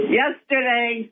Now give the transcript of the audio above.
yesterday